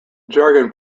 jargon